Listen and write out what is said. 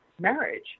marriage